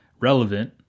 relevant